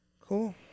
Cool